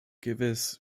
gewiss